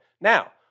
Now